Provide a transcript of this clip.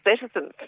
citizens